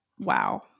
Wow